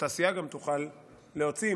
ואותה סיעה תוכל גם להוציא,